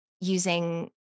using